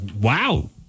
Wow